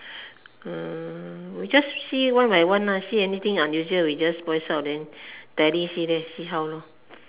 we just see one by one see anything unusual we just voice out then tally see then see how lor